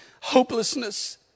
hopelessness